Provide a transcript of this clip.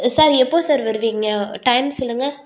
sir எப்போது sir வருவீங்க time சொல்லுங்க